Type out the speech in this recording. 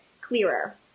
clearer